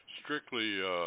strictly